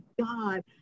God